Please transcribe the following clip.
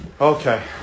Okay